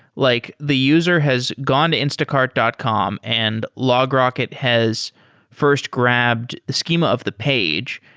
like the user has gone to instacard dot com and logrocket has first grabbed schema of the page.